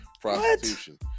prostitution